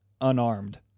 unarmed